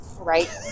right